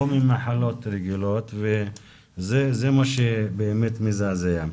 לא ממחלות רגילות, וזה מה שבאמת מזעזע.